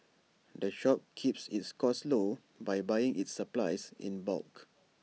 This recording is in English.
the shop keeps its costs low by buying its supplies in bulk